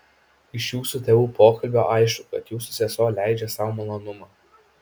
iš jūsų tėvų pokalbio aišku kad jūsų sesuo leidžia sau malonumą